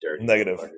Negative